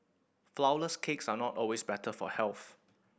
flourless cakes are not always better for health